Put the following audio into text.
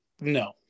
no